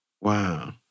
Wow